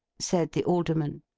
said the alderman.